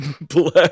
black